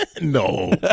No